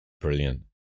Brilliant